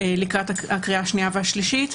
לקראת הקריאה השנייה והקריאה השלישית.